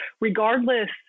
regardless